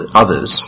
others